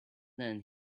then